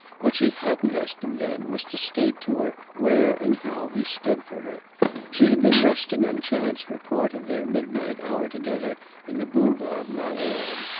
what she hadn't asked him then was to state to her where and how he stood for her she had been resting on chad's report of their midnight hour together in the boulevard malesherbes.